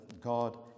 God